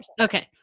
Okay